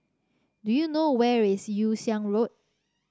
do you know where is Yew Siang Road